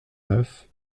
neuf